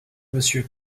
monsieur